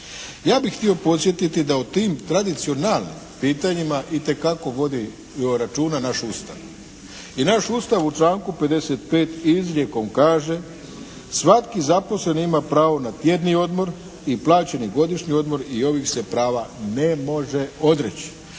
Ja bih htio podsjetiti da u tim tradicionalnim pitanjima itekako vodi računa naš Ustav i naš Ustav u članku 55. izrijekom kaže svaki zaposleni ima pravo na tjedni odmor i plaćeni godišnji odmor i ovih se prava ne može odreći.